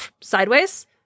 sideways